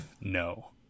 No